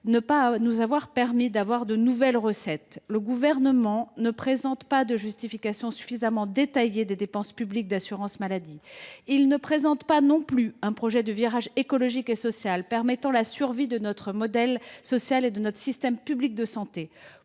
Après s’être opposé au vote de nouvelles recettes, le Gouvernement ne justifie pas de manière suffisamment détaillée les dépenses publiques d’assurance maladie. Il ne présente pas non plus de projet de virage écologique et social permettant la survie de notre modèle social et de notre système public de santé.